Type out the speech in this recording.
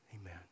Amen